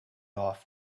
off